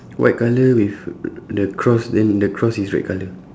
white colour with the cross then the cross is red colour